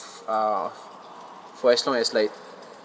uh for as long as like